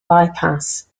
bypass